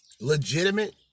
legitimate